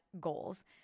goals